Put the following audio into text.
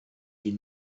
die